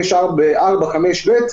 ב-4(5)(ב),